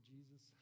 Jesus